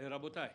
רבותיי,